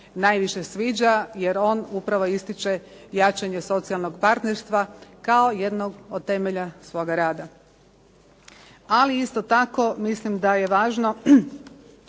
najviše sviđa. Jer on upravo ističe jačanje socijalnog partnerstva kao jednog od temelja svoga rada. Ali isto tako mislim da je važno